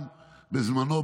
בזמנו,